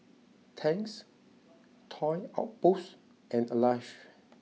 Tangs Toy Outpost and Alive